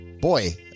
Boy